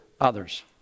others